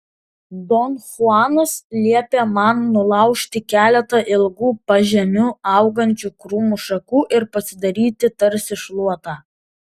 don chuanas liepė man nulaužti keletą ilgų pažemiu augančių krūmų šakų ir pasidaryti tarsi šluotą